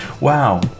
Wow